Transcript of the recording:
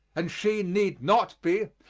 and she need not be,